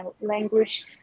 language